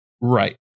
right